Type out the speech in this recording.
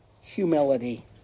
humility